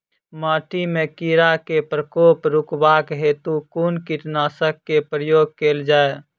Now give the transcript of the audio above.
माटि मे कीड़ा केँ प्रकोप रुकबाक हेतु कुन कीटनासक केँ प्रयोग कैल जाय?